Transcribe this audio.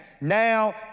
Now